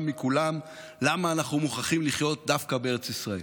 מכולן: למה אנחנו מוכרחים לחיות דווקא בארץ ישראל